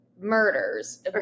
murders